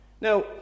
Now